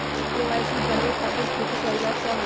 KYC करवे खातीर के के कागजात चाहलु?